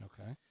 Okay